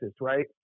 right